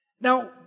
Now